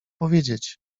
powiedzieć